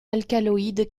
alcaloïdes